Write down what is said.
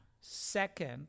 Second